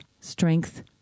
strength